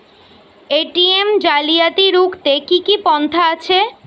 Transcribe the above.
ATM জালিয়াতি রুখতে কি কি পন্থা আছে?